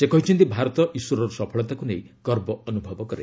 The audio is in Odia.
ସେ କହିଛନ୍ତି ଭାରତ ଇସ୍ରୋର ସଫଳତାକୁ ନେଇ ଗର୍ବ ଅନୁଭବ କରେ